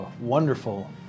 wonderful